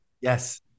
Yes